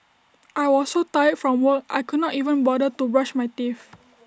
I was so tired from work I could not even bother to brush my teeth